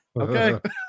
okay